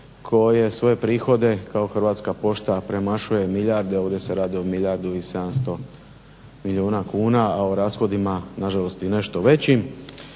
koji svoje prihode kao Hrvatska pošta premašuje milijarde, ovdje se radi o milijardu i 700 milijuna kuna, a o rashodima na žalost nešto većim.